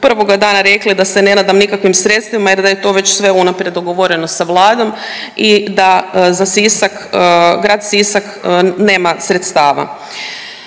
prvoga dana rekli da se ne nadam nikakvim sredstvima jer da je to sve već unaprijed dogovoreno sa Vladom i da za Sisak, grad Sisak nema sredstava.